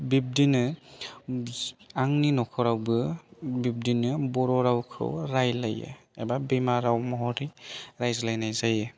बिब्दिनो आंनि नखरावबो बिबदिनो बर' रावखौ रायज्लायो एबा बिमा राव महरै रायज्लायनाय जायो